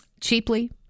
cheaply